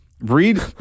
Read